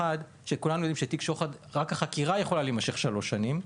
וכולנו יודעים שבתיק שוחד רק החקירה יכולה להימשך שלוש שנים.